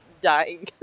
dying